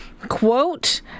quote